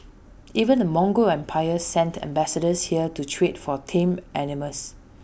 even the Mongol empire sent ambassadors here to trade for tame animals